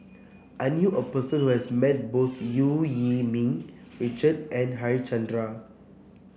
I knew a person who has met both Eu Yee Ming Richard and Harichandra